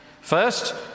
First